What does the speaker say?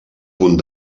punt